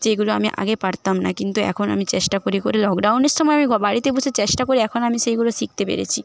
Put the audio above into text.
যেগুলো আমি আগে পারতাম না কিন্তু এখন আমি চেষ্টা করে করে লকডাউনের সময় আমি ঘ বাড়িতে বসে চেষ্টা করি এখন আমি সেইগুলো শিখতে পেরেছি